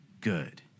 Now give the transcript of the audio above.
good